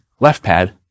LeftPad